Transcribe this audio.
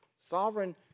Sovereign